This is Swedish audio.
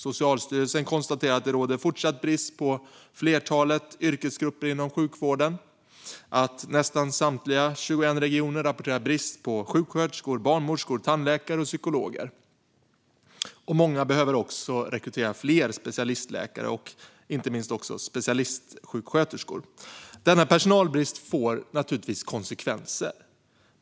Socialstyrelsen konstaterar att det råder fortsatt brist i ett flertal yrkesgrupper inom sjukvården. Nästan samtliga 21 regioner rapporterar brist på sjuksköterskor, barnmorskor, tandläkare och psykologer. Många behöver också rekrytera fler specialistläkare och, inte minst, specialistsjuksköterskor. Denna personalbrist får naturligtvis konsekvenser.